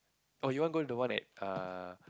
oh you want go to the one at err